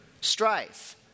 strife